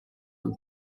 und